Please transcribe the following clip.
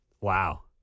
Wow